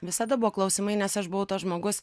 visada buvo klausimai nes aš buvau tas žmogus